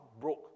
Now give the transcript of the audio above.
broke